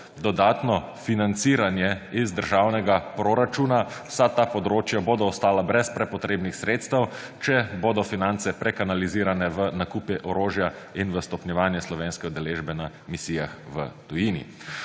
dodatno financiranje iz državnega proračuna, vsa ta področja bodo ostala brez prepotrebnih sredstev, če bodo finance prekanalizirane v nakupe orožja in v stopnjevanje slovenske udeležbe na misijah v tujini.